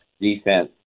defense